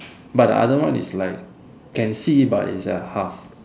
but the other one is like can see but is a half